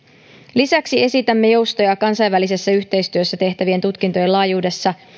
lisäksi esitämme joustoja kansainvälisessä yhteistyössä tehtävien tutkintojen laajuuteen